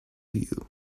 you